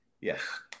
Yes